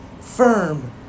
firm